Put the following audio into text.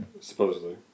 Supposedly